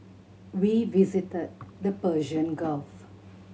we visited the Persian Gulf